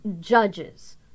judges